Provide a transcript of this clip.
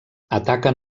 ataquen